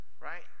right